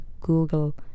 Google